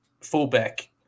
Fullback